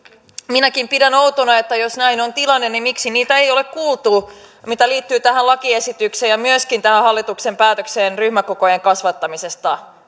minäkin pidän outona että jos näin on tilanne niin miksi heitä ei ole kuultu mitä tulee tähän lakiesitykseen ja myöskin tähän hallituksen päätökseen ryhmäkokojen kasvattamisesta